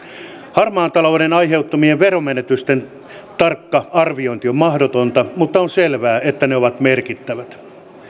harmaan talouden aiheuttamien veromenetysten tarkka arviointi on mahdotonta mutta on selvää että ne ovat merkittävät